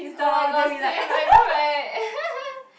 oh-my-gosh same I know right